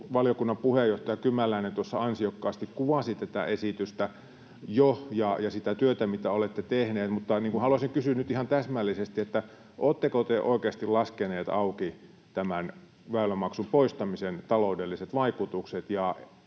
valiokunnan puheenjohtaja Kymäläinen jo tuossa ansiokkaasti kuvasi tätä esitystä ja sitä työtä, mitä olette tehneet, mutta haluaisin kysyä nyt ihan täsmällisesti: Oletteko te oikeasti laskeneet auki tämän väylämaksun poistamisen taloudelliset vaikutukset,